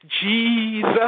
Jesus